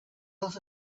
lot